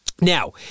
Now